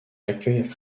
accueille